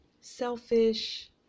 selfish